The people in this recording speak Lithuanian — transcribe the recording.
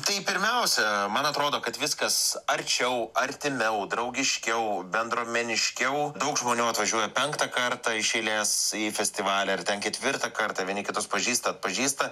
tai pirmiausia man atrodo kad viskas arčiau artimiau draugiškiau bendruomeniškiau daug žmonių atvažiuoja penktą kartą iš eilės į festivalį ar ten ketvirtą kartą vieni kitus pažįsta atpažįsta